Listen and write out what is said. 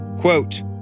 Quote